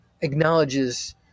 acknowledges